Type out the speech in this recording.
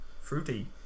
Fruity